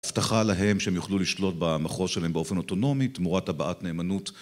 הבטחה להם שהם יוכלו לשלוט במחוז שלהם באופן אוטונומי, תמורת הבעת נאמנות